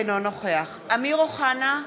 אינו נוכח אמיר אוחנה,